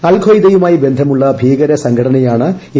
അൽ ഖയ്ദയുമായി ബന്ധമുള്ള ഭീകര സംഘടനയാണ് എ